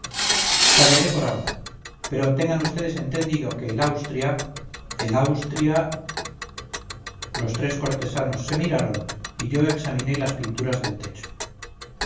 callaré por ahora pero tengan ustedes entendido que el austria el austria los tres cortesanos se miraron y yo examiné las pinturas del techo